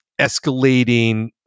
escalating